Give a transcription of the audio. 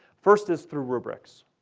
first is through rubrics,